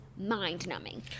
mind-numbing